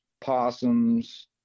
possums